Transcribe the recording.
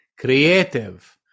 creative